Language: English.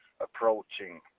approaching